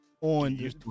on